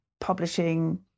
publishing